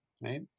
right